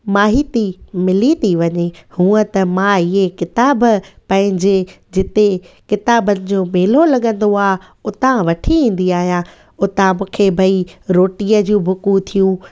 माहिती मिली थी वञे हूंअं त मां इहे किताब पंहिंजे जिते किताबनि जो मेलो लॻंदो आहे उतां वठी ईंदी आहियां उतां मूंखे भई रोटीअ जी बुकूं थियूं